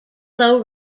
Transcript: low